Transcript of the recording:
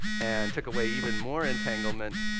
and took away even more entanglement,